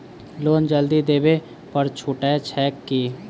Loan जल्दी देबै पर छुटो छैक की?